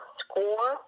score